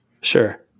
sure